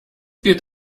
gilt